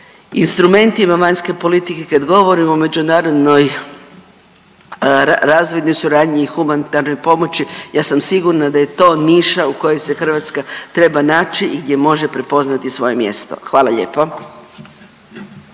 instrumentima vanjske politike, kad govorimo o međunarodnoj razvojnoj suradnji humanitarnoj pomoći ja sam sigurna da je to niša u kojoj se Hrvatska treba naći i gdje može prepoznati svoje mjesto. Hvala lijepo.